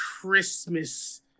Christmas